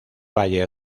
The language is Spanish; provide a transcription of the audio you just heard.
valle